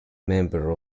member